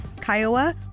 Kiowa